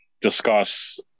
discuss